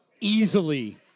easily